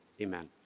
amen